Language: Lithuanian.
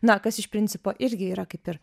na kas iš principo irgi yra kaip ir